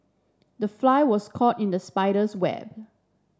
the fly was caught in the spider's web